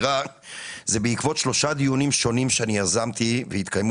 הוא בעקבות שלושה דיונים שונים שיזמתי והתקיימו